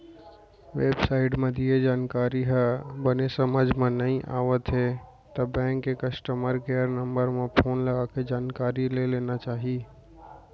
web site म दिये जानकारी ह बने समझ म नइ आवत हे त बेंक के कस्टमर केयर नंबर म फोन लगाके जानकारी ले लेना चाही